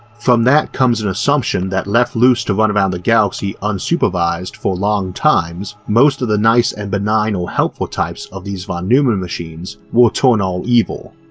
from that comes an assumption that left loose to run around the galaxy unsupervised for long times most of the nice and benign or helpful types of these von neumann machines will turn all evil.